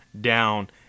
down